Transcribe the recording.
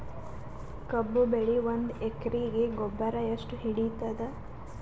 ಕಬ್ಬು ಬೆಳಿ ಒಂದ್ ಎಕರಿಗಿ ಗೊಬ್ಬರ ಎಷ್ಟು ಹಿಡೀತದ?